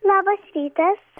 labas rytas